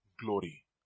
glory